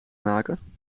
maken